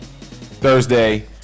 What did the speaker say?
Thursday